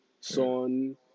Son